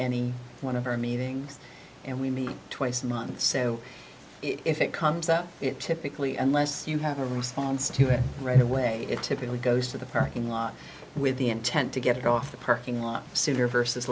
any one of our meetings and we meet twice a month so if it comes up it typically unless you have a response to it right away it typically goes to the parking lot with the intent to get it off the parking lot sooner versus